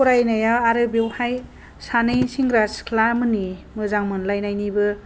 फरायनाया आरो बेवहाय सानै सेंग्रा सिख्ला मोननि मोजां मोनलायनायनिबो